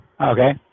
Okay